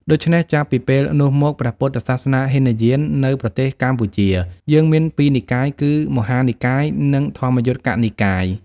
ដូច្នេះ ចាប់ពីពេលនោះមក ព្រះពុទ្ធសាសនាហីនយាននៅប្រទេសកម្ពុជាយើងមានពីរនិកាយគឺ មហានិកាយ និង ធម្មយុត្តិកនិកាយ។